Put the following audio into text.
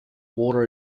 water